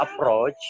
approach